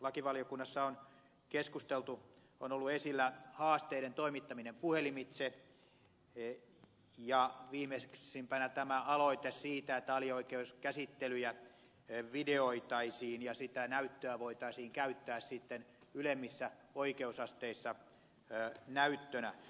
lakivaliokunnassa on keskusteltu ja on ollut esillä haasteiden toimittaminen puhelimitse ja viimeisimpänä tämä aloite siitä että alioikeuskäsittelyjä videoitaisiin ja sitä näyttöä voitaisiin käyttää sitten ylemmissä oikeusasteissa näyttönä